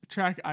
Track